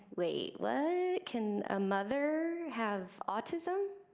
wait, what? can a mother have autism?